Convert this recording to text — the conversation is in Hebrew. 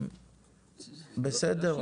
בסדר.